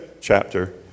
chapter